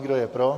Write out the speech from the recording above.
Kdo je pro?